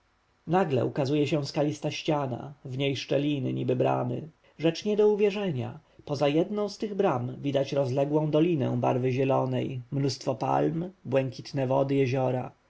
nagle ukazuje się skalista ściana w niej szczeliny niby bramy rzecz nie do uwierzenia poza jedną z tych bram widać rozległą dolinę barwy zielonej mnóstwo palm błękitne wody jeziora